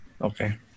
Okay